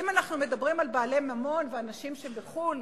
אם אנחנו מדברים על בעלי ממון ועל אנשים בחו"ל,